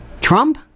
Trump